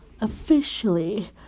officially